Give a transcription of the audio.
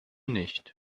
nicht